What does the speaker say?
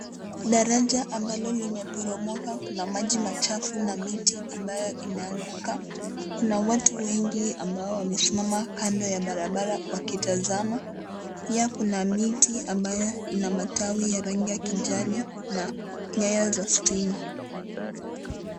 Daraja ambalo limeporomoka, kuna maji machafu na miti ambayo imeanguka. Kuna watu wengi ambao wamesimama kando ya barabara wakitazama, pia kuna miti ambayo ina matawi ya rangi ya kijani na nyaya za stima.